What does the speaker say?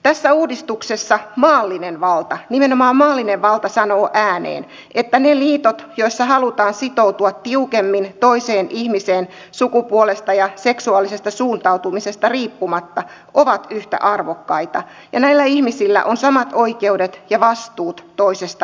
tässä uudistuksessa maallinen valta nimenomaan maallinen valta sanoo ääneen että ne liitot joissa halutaan sitoutua tiukemmin toiseen ihmiseen sukupuolesta ja seksuaalisesta suuntautumisesta riippumatta ovat yhtä arvokkaita ja näillä ihmisillä on samat oikeudet ja vastuut toisesta ihmisestä